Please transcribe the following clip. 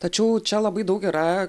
tačiau čia labai daug yra